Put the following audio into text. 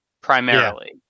primarily